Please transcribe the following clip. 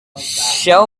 show